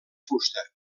fusta